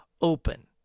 open